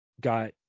got